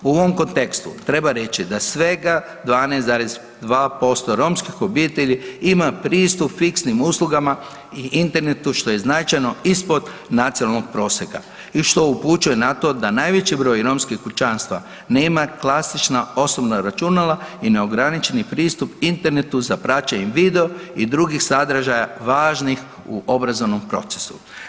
U ovom kontekstu treba reći da svega 12,2% romskih obitelji ima pristup fiksnim uslugama i internetu što je značajno ispod nacionalnog prosjeka i što upućuje na to da najveći broj romskih kućanstva nema klasična osobna računala i neograničeni pristup internetu za praćenje videa i drugih sadržaja važnih u obrazovnom procesu.